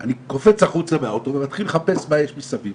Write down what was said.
אני קופץ החוצה מהאוטו ומתחיל לחפש מה יש מסביב,